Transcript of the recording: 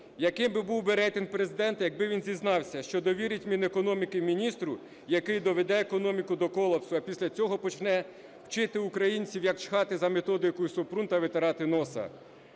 Яким би був би рейтинг Президента, якби він зізнався, що довірить Мінекономіки міністру, який доведе економіку до колапсу, а після цього почне вчити українців, як чхати за методикою Супрун та витирати носа?